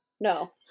No